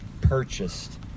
purchased